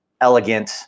elegant